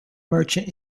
merchant